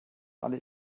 alle